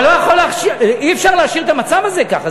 אבל אי-אפשר להשאיר את המצב הזה ככה,